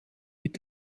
mit